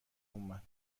اومد